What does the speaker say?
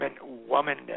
woman